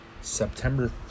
September